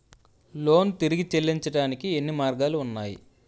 Loan తిరిగి చెల్లించటానికి ఎన్ని మార్గాలు ఉన్నాయి?